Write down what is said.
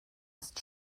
ist